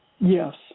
Yes